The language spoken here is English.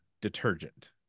detergent